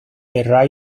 the